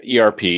ERP